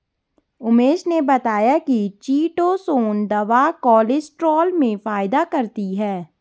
उमेश ने बताया कि चीटोसोंन दवा कोलेस्ट्रॉल में फायदा करती है